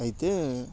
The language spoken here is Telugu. అయితే